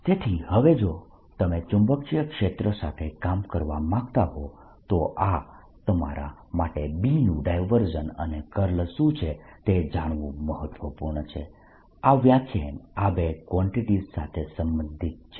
B0I4πdl×r rr r3 dIdt0 તેથી હવે જો તમે ચુંબકીય ક્ષેત્ર સાથે કામ કરવા માંગતા હો તો તમારા માટે B નું ડાયવર્જન્સ અને કર્લ શું છે તે જાણવું મહત્વપૂર્ણ છે આ વ્યાખ્યાન આ બે કવાન્ટીટીઝ સાથે સંબંધિત છે